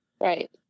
Right